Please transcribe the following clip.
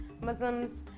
Muslims